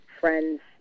friends